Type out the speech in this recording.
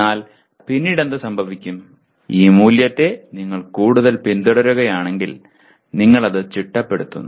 എന്നാൽ പിന്നീട് എന്ത് സംഭവിക്കും ഈ മൂല്യത്തെ നിങ്ങൾ കൂടുതൽ പിന്തുടരുകയാണെങ്കിൽ നിങ്ങൾ അത് ചിട്ടപ്പെടുത്തുന്നു